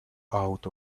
out